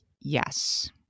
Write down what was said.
yes